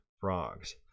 frogs